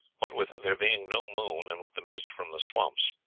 what with there being no moon and with the mist from the swamps.